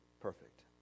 perfect